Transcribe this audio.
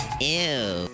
Ew